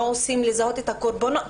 מה עושים כדי לזהות את הקורבנות?